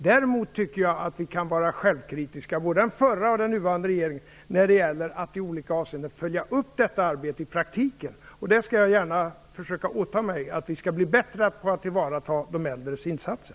Däremot tycker jag att vi inom både den förra och den nuvarande regeringen kan vara självkritiska när det gäller att i olika avseenden följa upp detta arbete i praktiken. Jag skall gärna åta mig att försöka göra så att vi blir bättre på att tillvarata de äldres insatser.